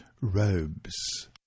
robes